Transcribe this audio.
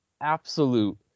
absolute